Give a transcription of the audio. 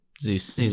Zeus